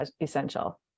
essential